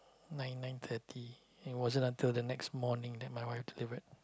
nine nine thirty it wasn't until the next morning that my wife delivered